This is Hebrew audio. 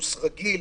אפוטרופוס רגיל.